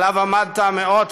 שעליו עמדת מאות,